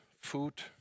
food